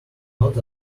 not